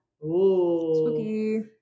Spooky